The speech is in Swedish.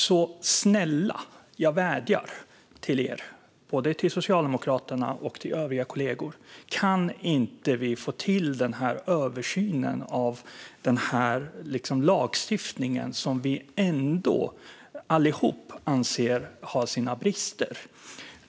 Så jag vädjar till er, både till Socialdemokraterna och till övriga kollegor: Snälla, kan vi inte få till översynen av den här lagstiftningen, som vi allihop anser har sina brister?